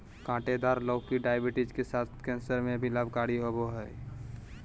काँटेदार लौकी डायबिटीज के साथ साथ कैंसर में भी लाभकारी होबा हइ